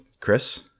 Chris